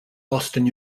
boston